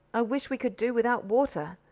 i wish we could do without water!